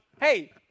hey